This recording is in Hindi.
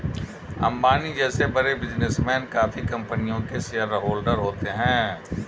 अंबानी जैसे बड़े बिजनेसमैन काफी कंपनियों के शेयरहोलडर होते हैं